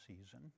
season